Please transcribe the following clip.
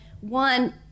One